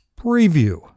preview